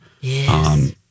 Yes